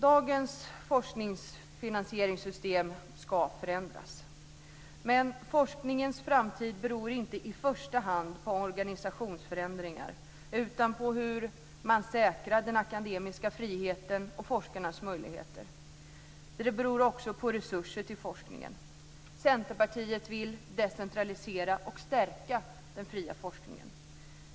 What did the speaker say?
Dagens forskningsfinansieringssystem ska förändras, men forskningens framtid beror inte i första hand på organisationsförändringar utan på hur man säkrar den akademiska friheten och forskarnas möjligheter. Det beror också på resurser till forskningen. Centerpartiet vill decentralisera och stärka den fria forskningen.